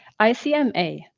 ICMA